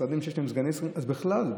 משרדים שיש להם סגני שרים, אז בכלל.